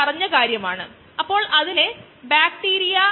അതിനാലാണ് ഇതിനെ log phase എന്ന് വിളിക്കുന്നത്